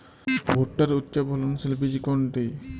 ভূট্টার উচ্চফলনশীল বীজ কোনটি?